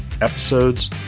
episodes